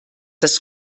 das